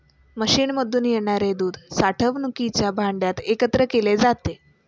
मशीनमधून येणारे दूध साठवणुकीच्या भांड्यात एकत्र केले जाते